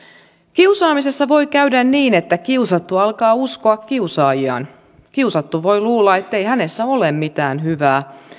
kiusaamisessa voi käydä niin että kiusattu alkaa uskoa kiusaajiaan kiusattu voi luulla ettei hänessä ole mitään hyvää